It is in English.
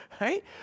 right